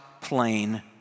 plain